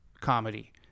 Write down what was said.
comedy